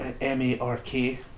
M-A-R-K